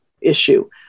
issue